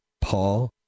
Paul